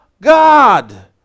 God